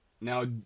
Now